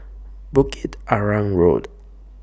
Bukit Arang Road